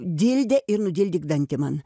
dildę ir nudildyk dantį man